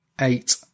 eight